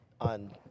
on